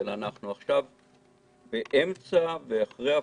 אלא אנחנו עכשיו כבר באמת אחרי הפורענות.